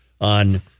on